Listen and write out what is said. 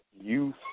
youth